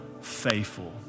faithful